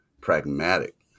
pragmatic